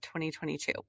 2022